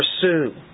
pursue